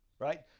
Right